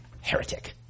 heretic